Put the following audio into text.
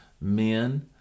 Men